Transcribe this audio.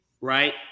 right